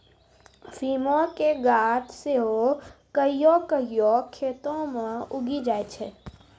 अफीमो के गाछ सेहो कहियो कहियो खेतो मे उगी जाय छै